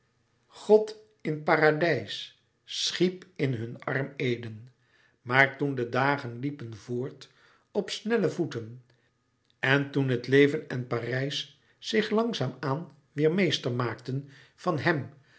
god in paradijs schiep in hun arm eden maar toen de dagen liepen voort op snelle voeten en toen het leven en parijs zich langzaam aan weêr meester maakten van hem